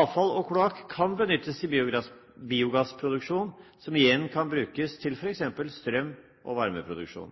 Avfall og kloakk kan benyttes til biogassproduksjon, som igjen kan brukes til f.eks. strøm- og varmeproduksjon.